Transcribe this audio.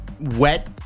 wet